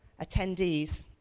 attendees